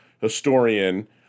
historian